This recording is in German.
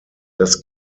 das